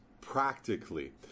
practically